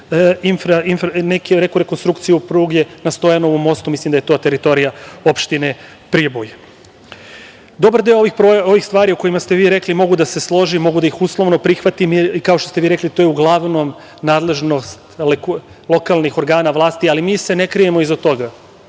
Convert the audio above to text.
u rekonstrukciju pruge na Stojanovom mostu, mislim da je to teritorija opštine Priboj. Dobar deo ovih stvari koje ste vi rekli mogu da se složim, mogu da ih uslovno prihvatim, i kao što ste vi rekli, to je uglavnom nadležnost lokalnih organa vlasti, ali mi se ne krijemo iza toga.